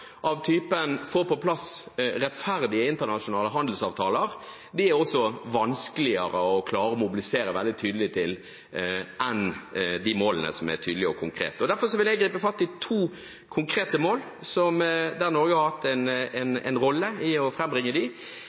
av typen å få på plass rettferdige internasjonale handelsavtaler er det også vanskeligere å klare å mobilisere veldig tydelig for enn for de målene som er tydelige og konkrete. Derfor vil jeg gripe fatt i to konkrete mål som Norge har hatt en rolle i å